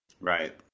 Right